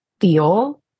feel